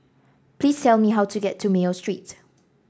please tell me how to get to Mayo Street